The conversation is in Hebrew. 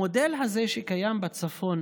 המודל הזה שקיים בצפון,